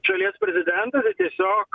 šalies prezidentas tiesiog